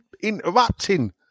interrupting